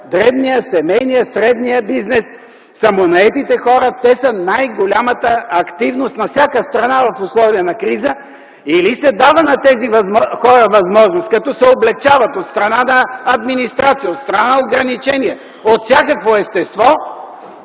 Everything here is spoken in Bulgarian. дребният, семейният, средният бизнес, самонаетите хора. Те са най-голямата активност на всяка страна в условия на криза. Или се дава на тези хора възможност, като се облекчават от страна на администрация, от страна на ограничения от всякакво естество,